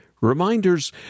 Reminders